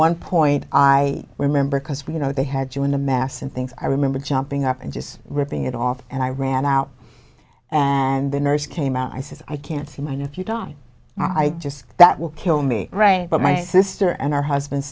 one point i remember because we you know they had you in the mass and things i remember jumping up and just ripping it off and i ran out and the nurse came out i says i can't see my nephew don i just that will kill me right but my sister and her husband